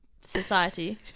society